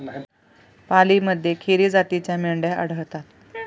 पालीमध्ये खेरी जातीच्या मेंढ्या आढळतात